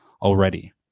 already